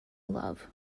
love